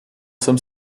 jsem